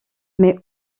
mais